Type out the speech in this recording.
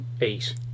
eight